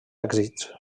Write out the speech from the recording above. èxits